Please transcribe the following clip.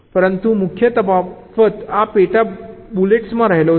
પરંતુ મુખ્ય તફાવત આ પેટા બુલેટ્સમાં રહેલો છે